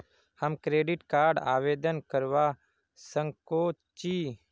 हम credit card आवेदन करवा संकोची?